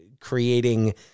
creating